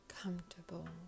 comfortable